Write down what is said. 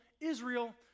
Israel